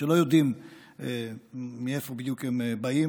שלא יודעים מאיפה בדיוק הם באים,